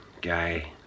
guy